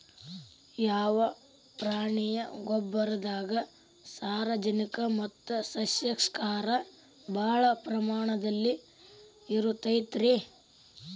ಯಾವ ಪ್ರಾಣಿಯ ಗೊಬ್ಬರದಾಗ ಸಾರಜನಕ ಮತ್ತ ಸಸ್ಯಕ್ಷಾರ ಭಾಳ ಪ್ರಮಾಣದಲ್ಲಿ ಇರುತೈತರೇ?